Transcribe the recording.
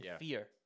fear